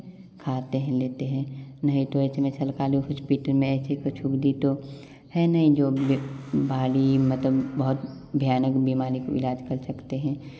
खाते हैं लेते हैं नहीं इसमें सरकारी हॉस्पिटल में ऐसी कोई सुविधा तो है नहीं जो बाहरी मतलब भारी बहुत भयानक बीमारी का इलाज कर सकते हैं